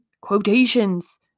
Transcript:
quotations